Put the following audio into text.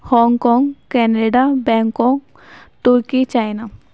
Hong Kong Canada Bangkok turkey China